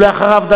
ואחריו,